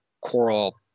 coral